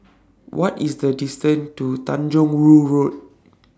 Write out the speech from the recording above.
What IS The distance to Tanjong Rhu Road